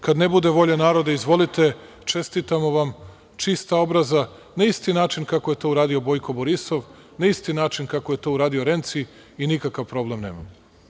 Kad ne bude volje naroda, izvolite, čestitamo vam, čista obraza, na isti način kako je to uradio Bojko Borisov, na isti način kako je to uradio Renci i nikakav problem nemamo.